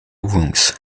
rooms